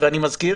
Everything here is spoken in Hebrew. ואני מזכיר,